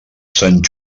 sant